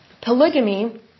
Polygamy